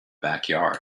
backyard